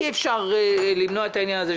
אי אפשר למנוע את העניין הזה.